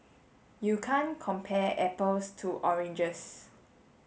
you can't compare apples to oranges